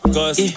Cause